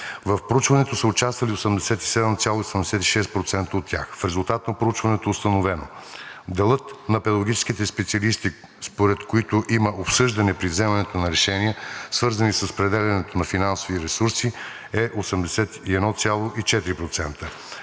В проучването са участвали 87,86% от тях. В резултат на проучването е установено – делът на педагогическите специалисти, според които има обсъждане при вземането на решения, свързани с разпределянето на финансови ресурси, е 81,4%.